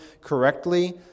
correctly